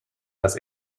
dass